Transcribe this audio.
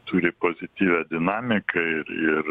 turi pozityvią dinamiką ir ir